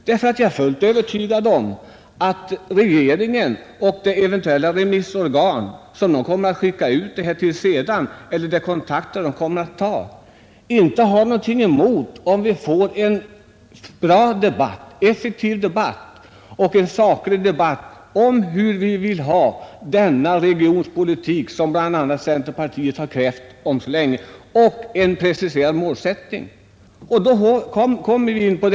Jag är nämligen fullt övertygad om att regeringen liksom även eventuella remissorgan eller andra instanser som kontaktas inte kommer att ha något emot att vi får en effektiv och saklig debatt om hur den regionpolitik, som bl.a. centerpartiet så länge krävt, skall utformas och om hur målsättningen för den skall preciseras.